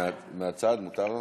מהצד מותר?